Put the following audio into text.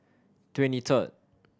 twenty third